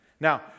Now